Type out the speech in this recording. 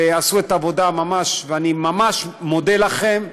עשו את העבודה, ואני ממש מודה לכם,